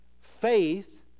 faith